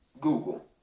Google